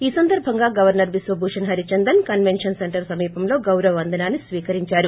ఈ సందర్భంగా governor Biswabhusan Harichandan convention centre సమీపంలో గౌరవ వందనాన్ని స్వీకరించారు